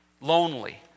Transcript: lonely